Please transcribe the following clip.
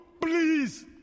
Please